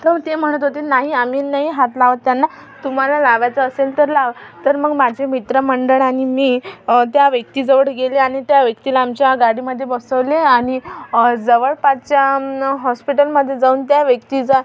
तर ते म्हणत होते नाही आम्ही नाही हात लावत त्यांना तुम्हाला लावायचा असेल तर लावा तर मग माझे मित्र मंडळ आणि मी त्या व्यक्ती जवळ गेले आणि त्या व्यक्तीला आमच्या गाडीमध्ये बसवले आणि जवळपाचच्या हॉस्पिटलमध्ये जाऊन त्या व्यक्तीचा